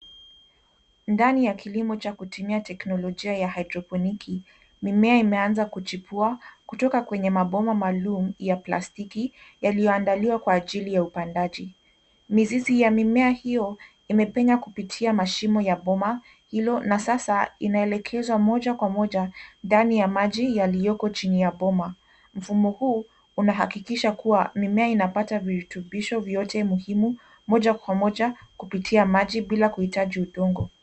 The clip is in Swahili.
Ndani ya kilimo cha kutumia teknolojia ya haidroponiki, mimea imeanza kuchipua kutoka kwenye mabomba maalum ya plastiki yaliyoandaliwa kwa ajili ya upandaji. Mizizi ya mimea hiyo imepenya kupitia mashimo ya bomba hilo na sasa inaelekezwa moja kwa moja ndani ya maji yaliyoko chini ya bomba. Mfumo huu unahakikisha kuwa mimea inapata virutubisho vyote muhimu moja kwa moja kupitia maji bila kuhitaji udongo.